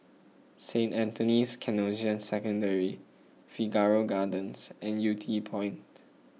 Saint Anthony's Canossian Secondary Figaro Gardens and Yew Tee Point